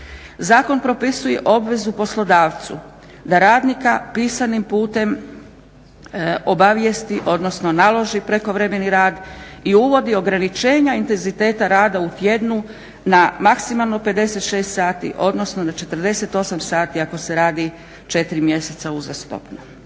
Zakon propisuje obvezu poslodavcu da radnika pisanim putem obavijesti, odnosno naloži prekovremeni rad i uvodi ograničenja intenziteta rada u tjednu na maksimalno 56 sati, odnosno na 48 sati ako se radi 4 mjeseca uzastopno.